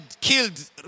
killed